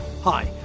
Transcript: Hi